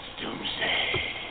doomsday